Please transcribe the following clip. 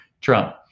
Trump